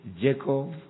Jacob